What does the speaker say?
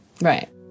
Right